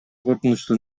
коркунучтуу